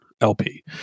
LP